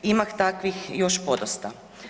Ima takvih još podosta.